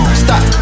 stop